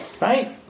right